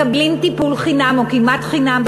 מקבלים טיפול חינם או כמעט חינם,